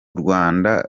rwanda